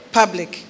public